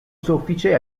soffice